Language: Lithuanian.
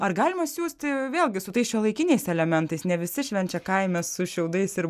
ar galima siųsti vėlgi su tais šiuolaikiniais elementais ne visi švenčia kaime su šiaudais ir